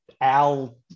Al